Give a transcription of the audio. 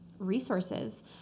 Resources